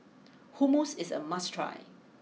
Hummus is a must try